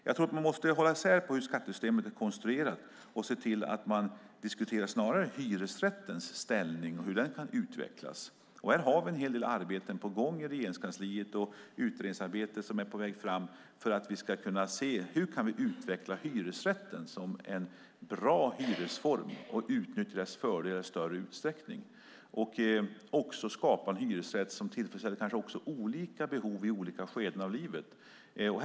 Man måste hålla isär detta från hur skattesystemet är konstruerat och snarare diskutera hyresrättens ställning och hur den kan utvecklas. Här har vi en del arbeten på gång i Regeringskansliet. Det finns ett utredningsarbete som är på väg fram för att vi ska se hur vi ska kunna utveckla hyresrätten som en bra hyresform och utnyttja dess fördelar i större utsträckning och också skapa en hyresrätt som tillfredsställer olika behov i olika skeden av människors liv.